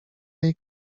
jej